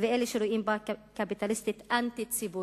ואלה שרואים בה תוכנית קפיטליסטית אנטי-ציבורית.